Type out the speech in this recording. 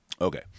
Okay